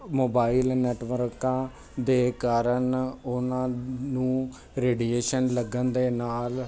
mobile ਨੈਟਵਰਕਾਂ ਦੇ ਕਾਰਨ ਉਹਨਾਂ ਨੂੰ ਰੇਡੀਏਸ਼ਨ ਲੱਗਣ ਦੇ ਨਾਲ